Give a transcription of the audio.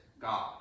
God